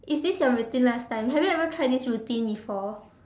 is this your routine last time have you ever tried this routine before